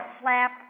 slap